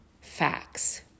facts